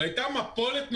והייתה מפולת נוראית.